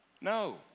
No